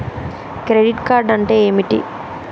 Credit card అంటే ఏమిటి?